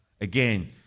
again